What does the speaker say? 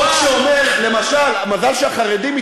חוק שאומר, למשל, מזל שהחרדים התעוררו,